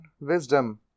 wisdom